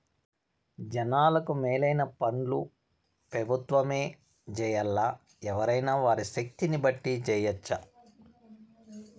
జనాలకు మేలైన పన్లు పెబుత్వమే జెయ్యాల్లా, ఎవ్వురైనా వారి శక్తిని బట్టి జెయ్యెచ్చు